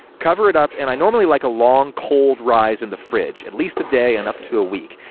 cover it up, and i normally like a long, cold rise in the fridge at least a day, and up to a week.